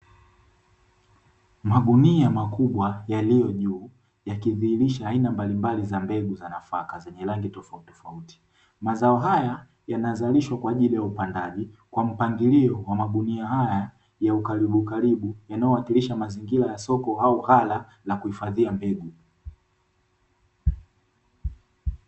Magunia makubwa yaliyo juu yakidhihirisha aina mbalimbali za mbegu za nafaka zenye rangi tofauti tofauti. Mazao haya yanazwalishwa kwa ajili ya upandaji kwa mpangilio wa magunia haya ya ukaribu ukaribu yanayowakilisha mazingira ya soko au ghala la kuhifadhia mbegu.